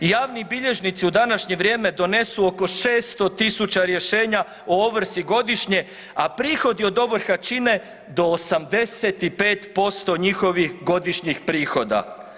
Javni bilježnici u današnje vrijeme donesu oko 600.000 rješenja o ovrsi godišnje, a prihodi od ovrha čine do 85% njihovih godišnjih prihoda.